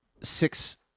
six